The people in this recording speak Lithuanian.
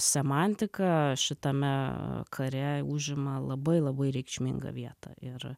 semantika šitame kare užima labai labai reikšmingą vietą ir